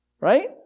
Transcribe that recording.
right